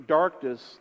darkness